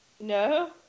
No